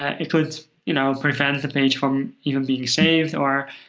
it would you know prevent the page from even being saved, or